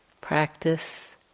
practice